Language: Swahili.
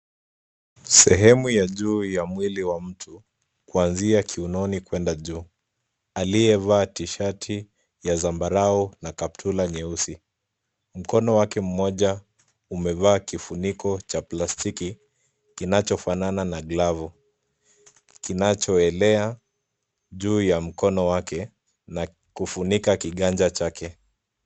Sehemu ya juu ya mwili wa mtu kuanzia kiunoni kuenda juu. Aliyevaa tishati ya zambarau na katpula nyeusi. Mkono wake mmoja umevaa kifuniko cha plastiki kinachofanana na glavu kinachoelea juu ya mkono wake na kufunika kiganja chake.